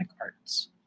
Arts